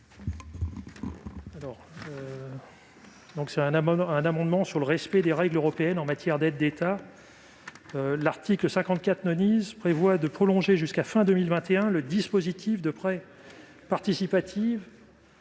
Cet amendement concerne le respect des règles européennes en matière d'aides d'État. L'article 54 prévoit de prolonger jusqu'à la fin de 2021 le dispositif de prêts participatifs